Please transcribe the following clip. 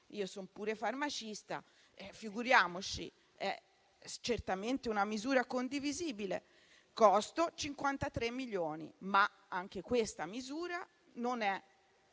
Io son pure farmacista. Figuriamoci! È certamente una misura condivisibile: costo 53 milioni. Ma anche questa misura non